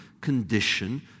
condition